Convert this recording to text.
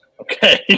Okay